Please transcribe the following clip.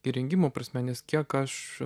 įrengimo prasme nes kiek aš